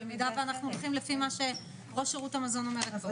במידה ואנחנו הולכים לפי מה שראש שירות המזון אומרת פה.